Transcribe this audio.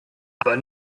aber